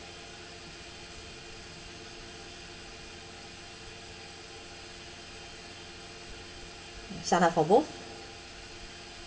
sign up for both